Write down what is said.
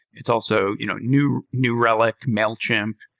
it's also you know new new relic, mailchimp,